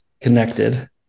connected